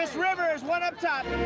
ah rivers, one up top!